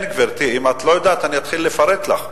כן, גברתי, אם את לא יודעת, אני אתחיל לפרט לך.